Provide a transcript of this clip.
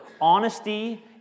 honesty